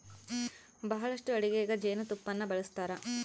ಬಹಳಷ್ಟು ಅಡಿಗೆಗ ಜೇನುತುಪ್ಪನ್ನ ಬಳಸ್ತಾರ